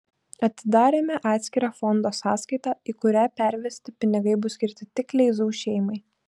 atidarėme atskirą fondo sąskaitą į kurią pervesti pinigai bus skirti tik kleizų šeimai